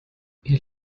ihr